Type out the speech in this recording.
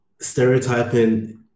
stereotyping